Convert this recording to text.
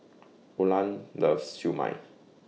Oland loves Siew Mai